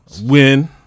Win